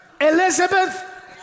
elizabeth